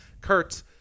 Kurt